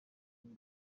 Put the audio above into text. ine